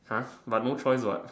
!huh! but no choice what